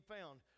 found